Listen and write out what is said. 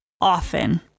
often